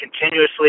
continuously